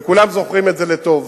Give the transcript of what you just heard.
וכולם זוכרים את זה לטוב.